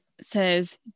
Says